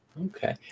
Okay